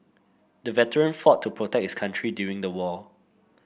the veteran fought to protect his country during the war